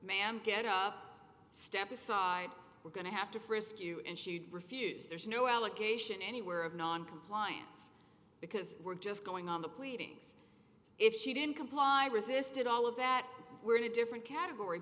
ma'am get up step aside we're going to have to frisk you and she would refuse there's no allegation anywhere of noncompliance because we're just going on the pleadings if she didn't comply resisted all of that we're in a different category